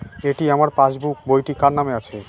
এটি আমার পাসবুক বইটি কার নামে আছে?